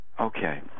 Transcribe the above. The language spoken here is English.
Okay